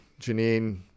Janine